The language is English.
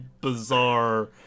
bizarre